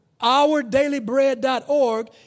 ourdailybread.org